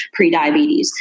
prediabetes